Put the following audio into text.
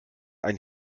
ein